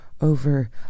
over